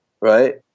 right